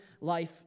life